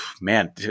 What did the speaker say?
man